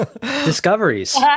Discoveries